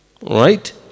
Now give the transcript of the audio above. right